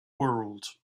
world